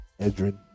Edrin